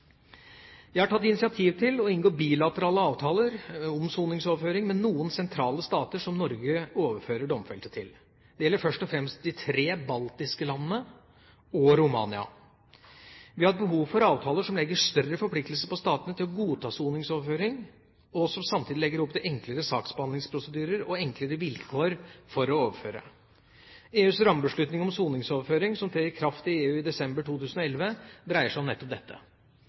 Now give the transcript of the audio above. har tatt initiativ til å inngå bilaterale avtaler om soningsoverføring med noen sentrale stater som Norge overfører domfelte til. Det gjelder først og fremst de tre baltiske landene og Romania. Vi har et behov for avtaler som legger større forpliktelser på statene til å godta soningsoverføring, og som samtidig legger opp til enklere saksbehandlingsprosedyrer og enklere vilkår for å overføre. EUs rammebeslutning om soningsoverføring som trer i kraft i EU i desember 2011, dreier seg om nettopp dette.